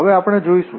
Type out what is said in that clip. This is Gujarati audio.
હવે આપણે જોઈશું